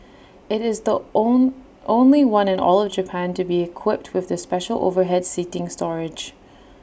IT is the on only one in all of Japan to be equipped with the special overhead seating storage